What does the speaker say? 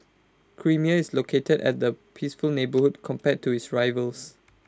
creamier is located at A peaceful neighbourhood compared to its rivals